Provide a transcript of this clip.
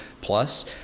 plus